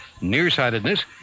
nearsightedness